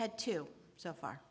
had two so far